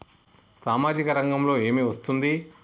సామాజిక రంగంలో ఏమి వస్తుంది?